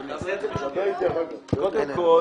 אדוני: קודם כל,